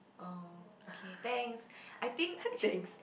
oh okay thanks I think